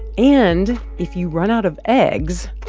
and if you run out of eggs,